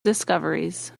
discoveries